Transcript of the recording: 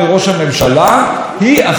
אבל זה לא הדבר היחיד.